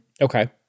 Okay